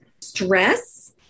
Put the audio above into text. stress